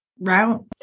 route